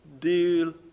deal